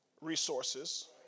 resources